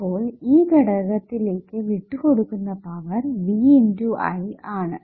അപ്പോൾ ഈ ഘടകത്തിലേക്ക് വിട്ടുകൊടുക്കുന്ന പവർ V×I ആണ്